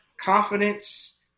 confidence